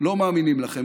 לא מאמינים לכם.